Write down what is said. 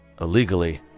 Illegally